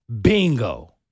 bingo